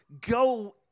Go